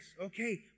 okay